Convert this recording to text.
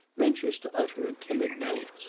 ventures to utter a timid note.